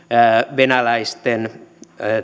venäläisten